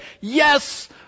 yes